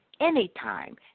Anytime